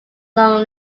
long